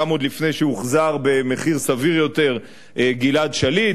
גם עוד לפני שהוחזר במחיר סביר יותר גלעד שליט,